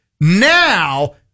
Now